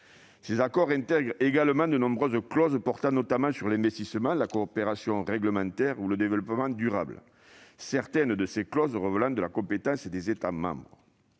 Ces accords intègrent également de nombreuses clauses portant notamment sur l'investissement, la coopération réglementaire ou le développement durable, certaines de ces clauses relevant de la compétence des États membres.